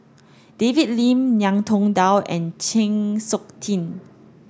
David Lim Ngiam Tong Dow and Chng Seok Tin